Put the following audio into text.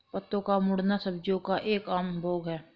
पत्तों का मुड़ना सब्जियों का एक आम रोग है